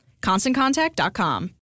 ConstantContact.com